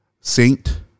saint